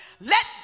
let